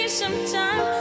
sometime